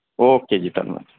okay ਜੀ ਧੰਨਵਾਦ